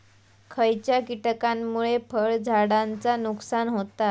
खयच्या किटकांमुळे फळझाडांचा नुकसान होता?